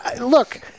look